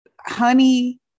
Honey